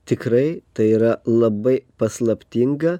tikrai tai yra labai paslaptinga